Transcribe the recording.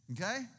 Okay